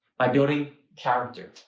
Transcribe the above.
by building character.